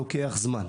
לוקח זמן.